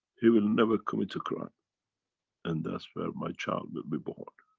he will never commit a crime and that's where my child will be born.